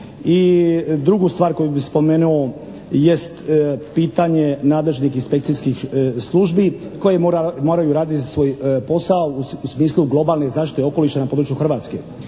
I drugu stvar koju bi spomenuo jest pitanje nadležnih inspekcijskih službi koje moraju raditi svoj posao, u smislu globalne zaštite okoliša na području Hrvatske.